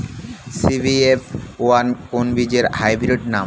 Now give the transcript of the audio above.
CBF one কোন বীজের hybrid নাম?